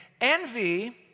Envy